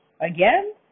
Again